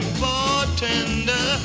bartender